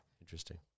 Interesting